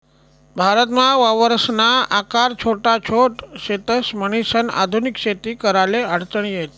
भारतमा वावरसना आकार छोटा छोट शेतस, म्हणीसन आधुनिक शेती कराले अडचणी शेत